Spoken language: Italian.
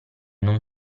non